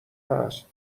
هست